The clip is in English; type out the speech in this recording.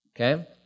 Okay